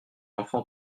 enfant